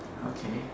okay